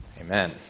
Amen